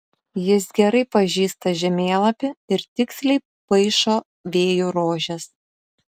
jis gerai pažįsta žemėlapį ir tiksliai paišo vėjų rožes